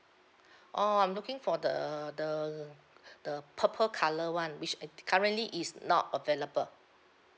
oh I'm looking for the the the purple colour [one] which at the currently is not available